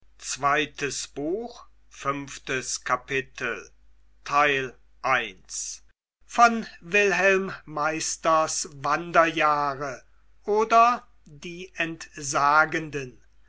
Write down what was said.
goethe wilhelm meisters wanderjahre oder die entsagenden